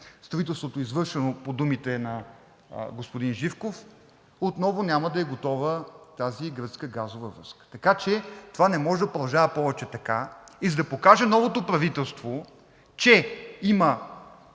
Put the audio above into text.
строителството, извършено – по думите на господин Живков, отново няма да е готова тази гръцка газова връзка. Това не може да продължава повече така. И за да покаже новото правителство, че има